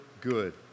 good